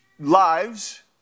Lives